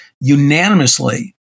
unanimously